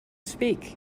speak